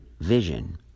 vision